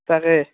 তাকে